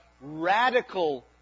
radical